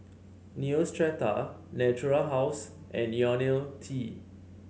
Neostrata Natura House and IoniL T